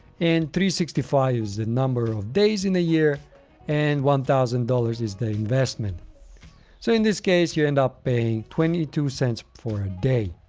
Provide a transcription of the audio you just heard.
and sixty five is the number of days in a year and one thousand dollars is the investment. so in this case, you end up paying twenty two cents for a day.